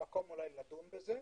מקום לדון בזה.